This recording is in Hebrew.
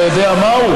אתה יודע מהו?